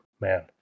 man